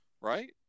right